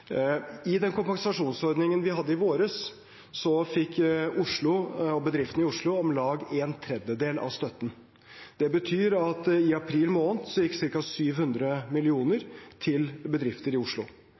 I den kompensasjonsordningen vi hadde i vår, fikk bedriftene i Oslo om lag en tredjedel av støtten. Det betyr at i april måned gikk ca. 700